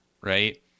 right